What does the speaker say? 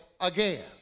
again